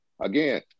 Again